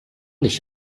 nicht